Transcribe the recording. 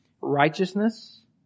righteousness